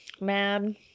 Mad